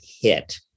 hit